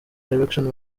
direction